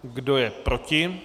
Kdo je proti?